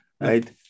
Right